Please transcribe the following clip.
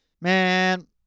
man